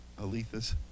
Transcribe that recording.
Aletha's